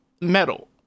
metal